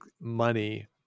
money